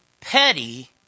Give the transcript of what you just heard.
petty